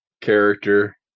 character